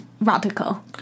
radical